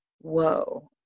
whoa